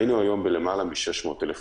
היינו היום עם למעלה מ-600,000 חולים,